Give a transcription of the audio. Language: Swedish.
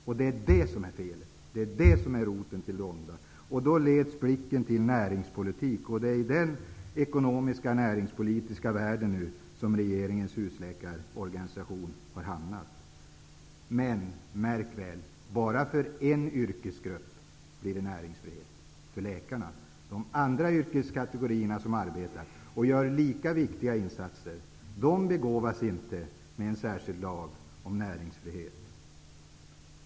Man anser att det är det som är felet, och då leds tanken till näringspolitik, och det är i den ekonomisk-näringspolitiska världen som regeringens husläkarorganisation har hamnat. Men -- märk väl! -- det blir näringsfrihet bara för en yrkesgrupp, för läkarna. De andra yrkeskategorierna, som gör lika viktiga insatser, begåvas inte med en särskild lag om näringsfrihet!